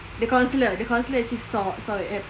the counsellor the counsellor actually saw saw it happen